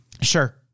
Sure